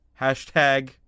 Hashtag